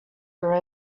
were